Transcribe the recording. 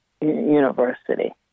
university